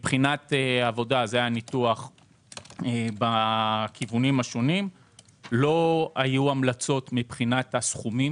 מבחינת עבודה לא היו המלצות מבחינת הסכומים